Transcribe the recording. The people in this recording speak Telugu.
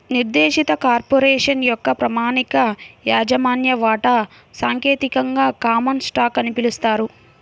నిర్దేశిత కార్పొరేషన్ యొక్క ప్రామాణిక యాజమాన్య వాటా సాంకేతికంగా కామన్ స్టాక్ అని పిలుస్తారు